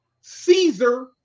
Caesar